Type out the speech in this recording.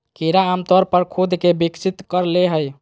कीड़ा आमतौर पर खुद के विकसित कर ले हइ